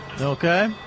Okay